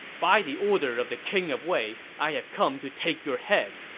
by the order of the king of wei, i have come to take your head!